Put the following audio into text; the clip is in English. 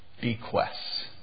Bequests